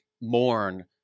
mourn